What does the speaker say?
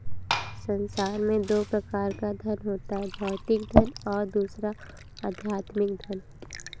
संसार में दो प्रकार का धन होता है भौतिक धन और दूसरा आध्यात्मिक धन